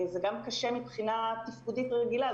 זה גם קשה מבחינה תפקודית רגילה,